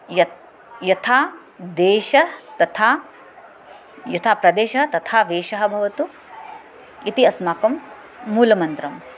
यत् यथा देशः तथा यथा प्रदेशः तथा वेषः भवतु इति अस्माकं मूलमन्त्रम्